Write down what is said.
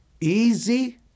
easy